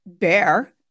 bear